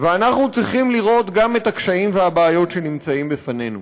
ואנחנו צריכים לראות גם את הקשיים והבעיות שנצבים בפנינו.